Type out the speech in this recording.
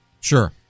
Sure